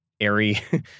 airy